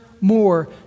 more